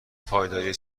پایداری